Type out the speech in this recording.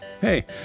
hey